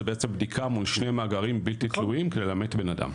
זה בעצם בדיקה מול שני מאגרים בלתי תלויים כדי לאמת בן אדם.